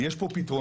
יש פה פתרונות.